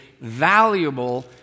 valuable